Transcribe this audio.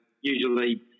usually